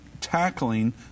tackling